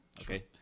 Okay